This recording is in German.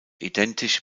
identisch